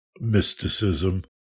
mysticism